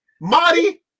Marty